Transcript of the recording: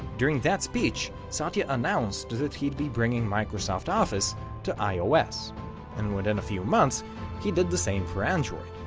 during that speech satya announced that he'd be bringing microsoft office to ios and within a few months he did the same for android.